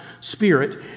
spirit